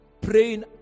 Praying